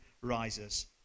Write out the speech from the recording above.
rises